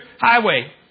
highway